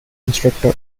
instructor